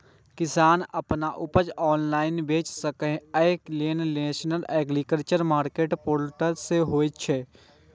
किसान अपन उपज ऑनलाइन बेच सकै, अय लेल नेशनल एग्रीकल्चर मार्केट पोर्टल सेहो छै